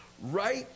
right